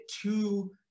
to-